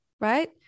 right